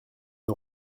une